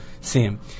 sim